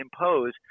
impose